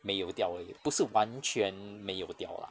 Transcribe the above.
没有掉而已不是完全没有掉 lah